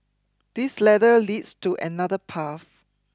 this ladder leads to another path